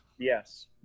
Yes